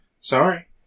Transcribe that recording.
Sorry